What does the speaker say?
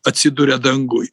atsiduria danguj